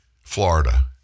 Florida